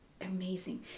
amazing